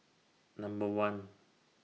Number one